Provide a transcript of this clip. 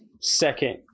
second